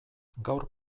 gaur